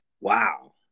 Wow